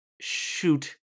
shoot